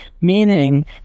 Meaning